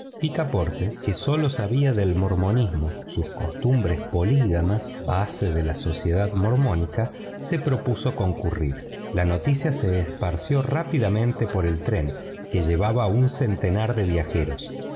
picaporte que sólo sabía del mormonismo sus costumbres polígamas base de la sociedad mormónica se propuso concurrir la noticia se esparció rápidamente por el tren que llevaba un centenar de pasajeros